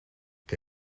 que